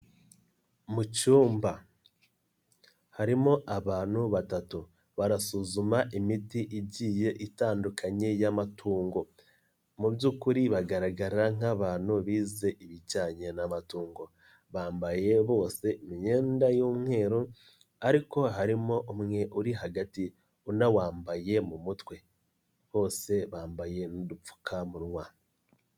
Mu cyumba, harimo abantu batatu, barasuzuma imiti igiye itandukanye y'amatungo, mu by'ukuri bagaragara nk'abantu bize ibijyanye n'amatongo, bambaye bose imyenda y'umweru ariko harimo umwe uri hagati unawambaye mu mutwe, bose bambaye n'dupfukamunwa.